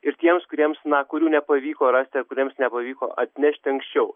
ir tiems kuriems na kurių nepavyko rasti ar kuriems nepavyko atnešti anksčiau